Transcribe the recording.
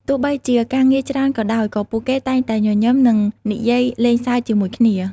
ទោះបីជាការងារច្រើនក៏ដោយ ក៏ពួកគេតែងតែញញឹម និងនិយាយលេងសើចជាមួយគ្នា។